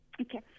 Okay